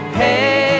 hey